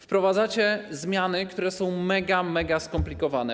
Wprowadzacie zmiany, które są megaskomplikowane.